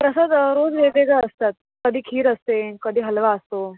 प्रसाद रोज वेगवेगळा असतात कधी खीर असते कधी हलवा असतो